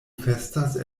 festas